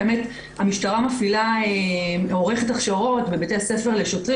המשטרה עורכת הכשרות בבתי ספר לשוטרים